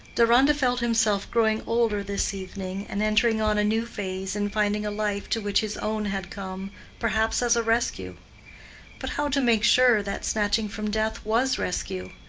deronda felt himself growing older this evening and entering on a new phase in finding a life to which his own had come perhaps as a rescue but how to make sure that snatching from death was rescue?